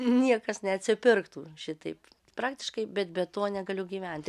niekas neatsipirktų šitaip praktiškai bet be to negaliu gyventi